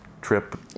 trip